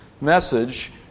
message